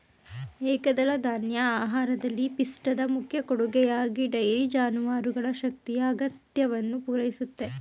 ಏಕದಳಧಾನ್ಯ ಆಹಾರದಲ್ಲಿ ಪಿಷ್ಟದ ಮುಖ್ಯ ಕೊಡುಗೆಯಾಗಿ ಡೈರಿ ಜಾನುವಾರುಗಳ ಶಕ್ತಿಯ ಅಗತ್ಯವನ್ನು ಪೂರೈಸುತ್ತೆ